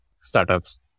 startups